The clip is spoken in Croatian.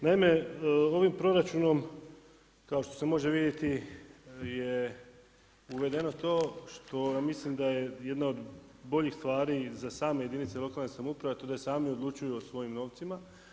Naime, ovim proračunom, kao što se može vidjeti, je uvedeno to što ja mislim da je jedna od boljih stvari i za same jedinice lokalne samouprave, to da sami odlučuju o svojim novcima.